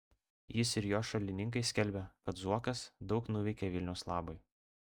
jis ir jo šalininkai skelbia kad zuokas daug nuveikė vilniaus labui